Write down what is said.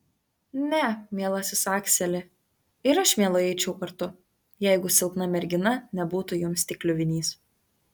ne mielasis akseli ir aš mielai eičiau kartu jeigu silpna mergina nebūtų jums tik kliuvinys